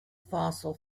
fossil